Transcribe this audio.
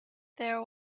there